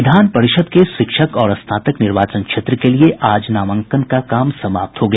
विधान परिषद के शिक्षक और स्नातक निर्वाचन क्षेत्र के लिए आज नामांकन का काम समाप्त हो गया